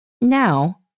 now